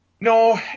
No